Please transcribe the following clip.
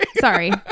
sorry